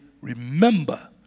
remember